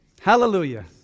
Hallelujah